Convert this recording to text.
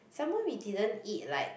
some more we didn't eat like